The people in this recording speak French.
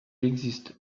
existe